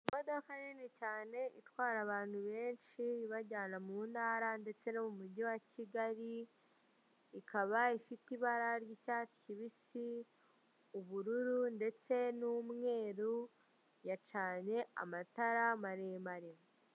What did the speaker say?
Imodoka nini cyane itwara abantu benshi, ibajyana mu ntara ndetse no mu mujyi wa Kigali, ikaba ifite ibara ry'icyatsi kibisi, ubururu ndetse n'umweru, yacanye amatara maremare.